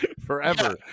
forever